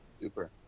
Super